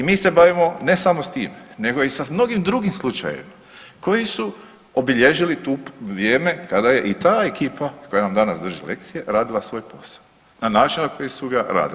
I mi se bavimo ne samo s time, nego i mnogim drugim slučajevima koji su obilježili vrijeme kada je i ta ekipa koja nam danas drži lekcije radila svoj posao na način na koji su ga radili.